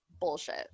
bullshit